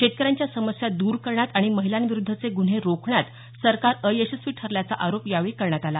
शेतकऱ्यांच्या समस्या दूर करण्यात आणि महिलांविरुद्धचे गुन्हे रोखण्यात सरकार अयशस्वी ठरल्याचा आरोप यावेळी करण्यात आला